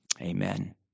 amen